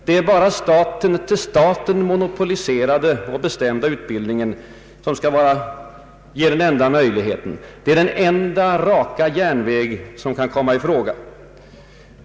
Det är den till staten monopoliserade och av staten bestämda utbildningen som skall ge den enda möjligheten till utbildning. Det är den ”enda raka järnväg” som kan komma i fråga.